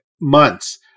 months